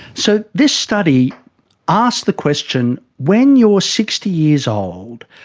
so this study asked the question when you are sixty years old,